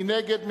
מי נגד?